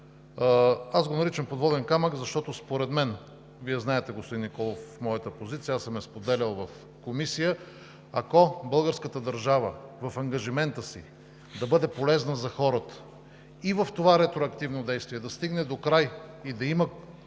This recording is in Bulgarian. тях? Наричам го подводен камък, защото според мен – Вие знаете, господин Николов, моята позиция, споделял съм я в Комисията, ако българската държава в ангажимента си да бъде полезна за хората и в това ретроактивно действие да стигне докрай и да има